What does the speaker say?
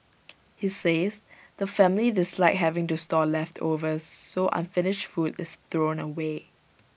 he says the family dislike having to store leftovers so unfinished food is thrown away